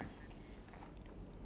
okay